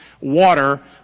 Water